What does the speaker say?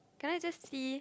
can I just see